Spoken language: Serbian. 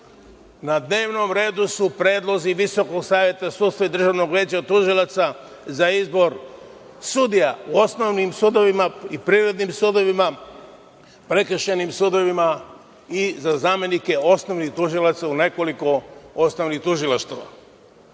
dnevnom redu su predlozi Visokog saveta sudstva i Državnog veća tužilaca za izbor sudija, u Osnovnim sudovima i Privrednim sudovima, Prekršajnim sudovima i za zamenike osnovnih tužilaca u nekoliko osnovnih tužilaštava. Ja